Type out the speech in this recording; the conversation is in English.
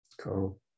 cool